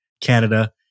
Canada